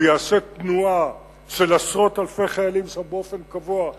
הוא יעשה תנועה של עשרות אלפי חיילים שבאופן קבוע,